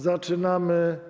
Zaczynamy.